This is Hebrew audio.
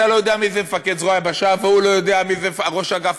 אתה לא יודע מי זה מפקד זרוע היבשה והוא לא יודע מי זה ראש אגף